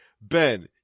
ben